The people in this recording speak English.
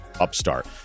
Upstart